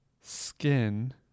skin